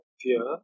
fear